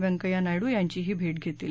वेंकय्या नायडु यांचीही भेट घेतील